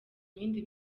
ibindi